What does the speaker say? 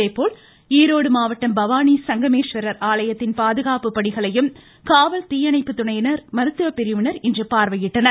அதேபோல் ஈரோடு மாவட்டம் பவானி சங்கமேஸ்வரர் ஆலயத்தின் பாதுகாப்பு பணிகளையும் காவல் தீயணைப்புத்துறையினா் மருத்துவ பிரிவினா் இன்று பார்வையிட்டனர்